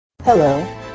Hello